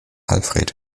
alfred